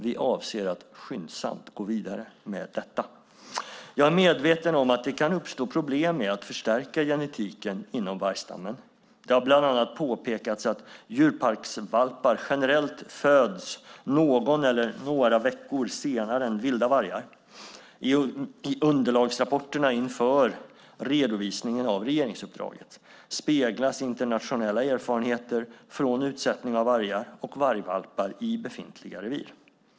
Vi avser att skyndsamt gå vidare med detta. Jag är medveten om att det kan uppstå problem med att förstärka genetiken inom vargstammen. Det har bland annat påpekats att djurparksvalpar generellt föds någon eller några veckor senare än vilda vargar. I underlagsrapporterna inför redovisningen av regeringsuppdraget speglas internationella erfarenheter från utsättning av vargar och vargvalpar i befintliga revir.